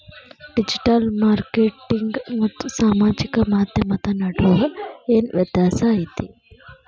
digital marketing ಮತ್ತ ಸಾಮಾಜಿಕ ಮಾಧ್ಯಮದ ನಡುವ ಏನ್ ವ್ಯತ್ಯಾಸ ಐತಿ